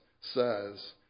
says